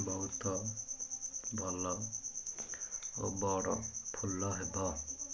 ବହୁତ ଭଲ ଓ ବଡ଼ ଫୁଲ ହେବ